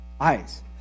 eyes